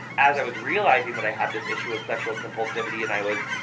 as i was realizing that i had this issue of sexual compulsivity and i was,